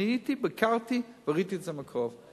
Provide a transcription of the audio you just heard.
אני הייתי, ביקרתי וראיתי את זה מקרוב.